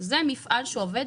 זה מפעל שעובד